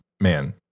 man